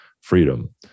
freedom